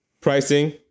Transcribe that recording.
Pricing